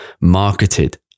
marketed